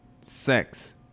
Sex